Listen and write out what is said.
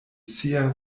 sia